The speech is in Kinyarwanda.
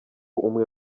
umwe